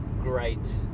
great